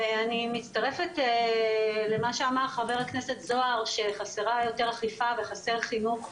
ואני מצטרפת למה שאמר חבר הכנסת זוהר שחסרה יותר אכיפה וחסר חינוך.